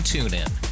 TuneIn